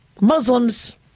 Muslims